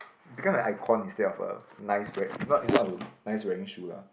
ppo become an icon instead of a nice wear it's not it's not a nice wearing shoe lah